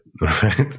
right